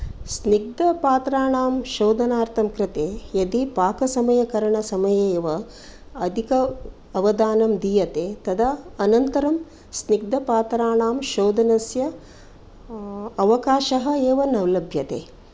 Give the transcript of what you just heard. स्निग्धपात्राणां शोधनार्थं कृते यदि पाककरणकरणसमये एव अधिक अवधानं दीयते तदा अनन्तरं स्निग्धपात्राणां शोधनस्य अवकाशः एव न लभ्यते